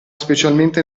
specialmente